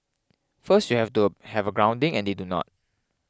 first you have to have a grounding and they do not